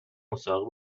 مسابقه